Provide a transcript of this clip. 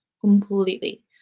completely